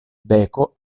beko